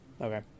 Okay